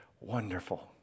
wonderful